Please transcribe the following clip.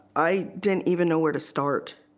i didn't even know where to start